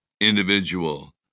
individual